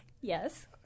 yes